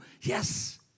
yes